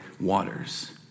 waters